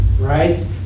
right